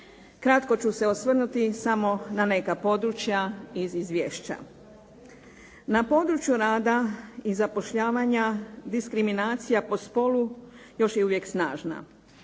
Kratko ću se osvrnuti samo na neka područja iz izvješća. Na području rada i zapošljavanja diskriminacija po spolu još je uvijek snažna.